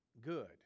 good